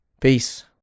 Peace